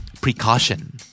Precaution